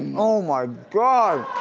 oh, my god.